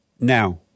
now